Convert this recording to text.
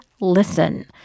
listen